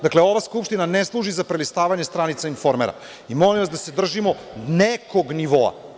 Dakle, ova Skupština ne služi za prelistavanje stranica „Informera“ i molim vas da se držimo nekog nivoa.